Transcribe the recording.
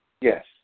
Yes